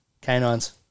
canines